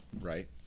right